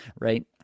right